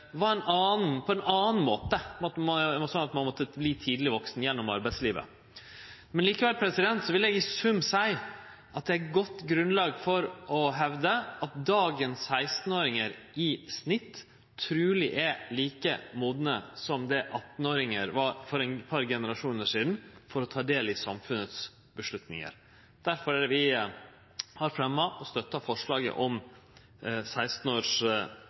var på ein annan måte – ein måtte verte tidleg vaksen gjennom arbeidslivet. Likevel vil eg i sum seie at det er godt grunnlag for å hevde at dagens 16-åringar i snitt truleg er like modne som det 18-åringar var for eit par generasjonar sidan, når det gjeld å ta del i samfunnets avgjerder. Difor er det vi har fremja – og difor støttar vi – forslaget om